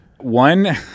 One